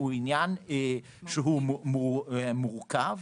הוא עניין שהוא מורכב.